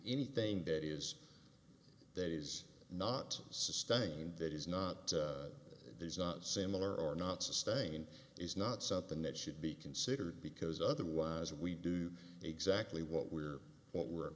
anything that is that is not sustain that is not is not similar or not sustained is not something that should be considered because otherwise we do exactly what we're what we're